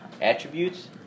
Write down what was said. attributes